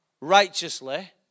righteously